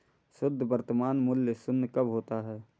शुद्ध वर्तमान मूल्य शून्य कब होता है?